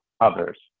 others